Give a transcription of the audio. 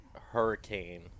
hurricane